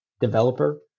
developer